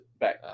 back